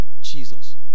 Jesus